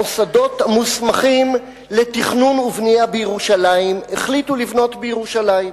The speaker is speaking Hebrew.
המוסדות המוסמכים לתכנון ובנייה בירושלים החליטו לבנות בירושלים.